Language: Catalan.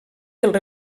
dels